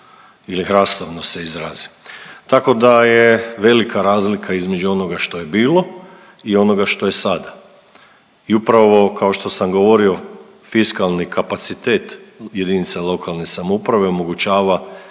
hrastovno se izrazim,